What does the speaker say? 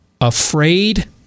afraid